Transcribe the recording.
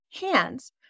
hands